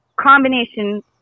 combination